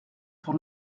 pour